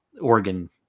Oregon